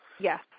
yes